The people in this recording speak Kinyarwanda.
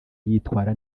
yitwara